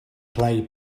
play